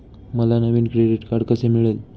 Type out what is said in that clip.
मला नवीन credit card कसे मिळेल?